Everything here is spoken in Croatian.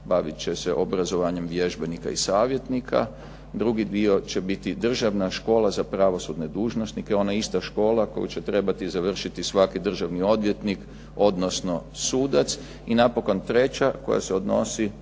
bavit će se obrazovanjem vježbenika i savjetnika, drugi dio će biti državna škola za pravosudne dužnosnike. Ona ista škola koju će trebati završiti svaki državni odvjetnik, odnosno sudac. I napokon treća koja se odnosi